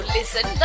Listen